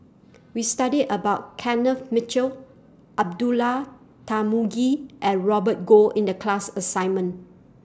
We studied about Kenneth Mitchell Abdullah Tarmugi and Robert Goh in The class assignment